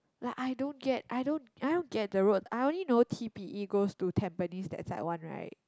like I don't get I don't I don't get the road I only know t_p_e goes to Tampines that side one right